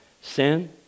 sin